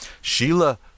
Sheila